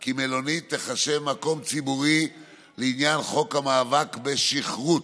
כי מלונית תיחשב מקום ציבורי לעניין חוק המאבק בשכרות,